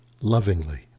lovingly